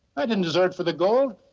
i didn't desert for the gold.